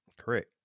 Correct